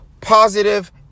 positive